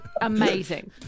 Amazing